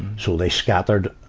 so they scattered,